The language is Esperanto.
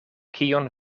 kion